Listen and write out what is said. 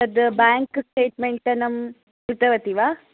तत् bank statement तनं कृतवती वा